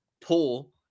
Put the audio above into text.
pull